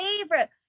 favorite